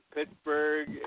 Pittsburgh